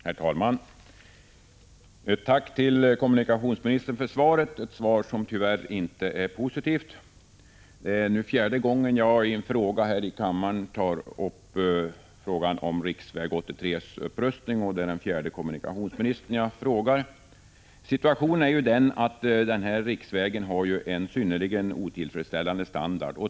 Herr talman! Tack till kommunikationsministern för svaret. Det är ett svar som tyvärr inte är positivt. Det är nu fjärde gången jag här i kammaren frågar om riksväg 83:s upprustning. Det är fjärde kommunikationsministern jag frågar. Situationen är ju den att riksväg 83 har en synnerligen otillfredsställande standard.